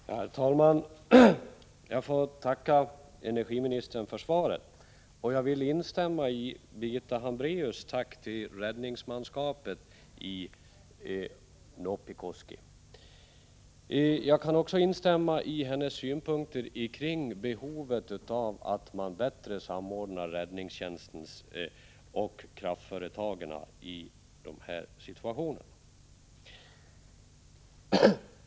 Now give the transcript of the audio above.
Herr talman! Jag får tacka energiministern för svaret. Jag vill instämma i Birgitta Hambraeus tack till räddningsmanskapet i Noppikoski. Jag kan också instämma i hennes synpunkter kring behovet av att man bättre samordnar räddningstjänsten och kraftföretagen i sådana här situationer.